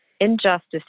Injustice